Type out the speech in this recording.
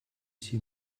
sie